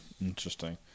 Interesting